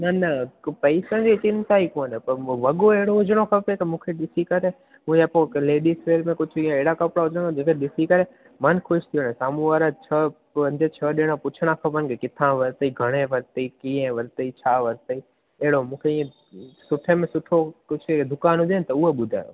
न न क पैसनि जी चिंता ई कोन्हे पर मुंहिंजो वॻो अहिड़ो हुजणो खपे त मूंखे ॾिसी करे उहे या पोइ हिकु लेडीस वेअर में कुझु ईअं अहिड़ा कपिड़ा हुजनि जेके ॾिसी करे मन ख़ुशि थी वञे साम्हूं वारा छ पंज छह ॼणा पुछणा खपनि के किथां वरितइ घणे वरितइ कीअं वरतइ छा वरितइ अहिड़ो मूंखे ईंअ सुठे में सुठो कुझु दुकानु हुजे त उहा ॿुधायो